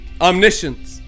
omniscience